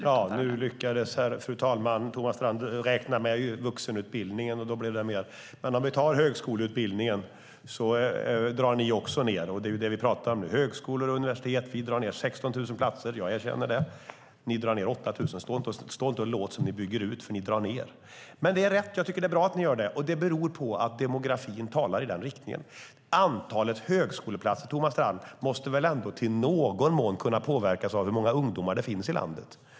Fru talman! Nu lyckades Thomas Strand räkna med vuxenutbildningen, och då blir det mer. Men om vi tar högskoleutbildningen drar ni också ned, och det är det vi pratar om. Vi drar ned 16 000 platser vid högskolor och universitet - jag erkänner det. Ni drar ned 8 000, så stå inte och låt som om ni bygger ut. Ni drar ned. Men det är rätt. Jag tycker att det är bra att ni gör det, och det beror på att demografin talar i den riktningen. Antalet högskoleplatser, Thomas Strand, måste väl ändå i någon mån kunna påverkas av hur många ungdomar det finns i landet.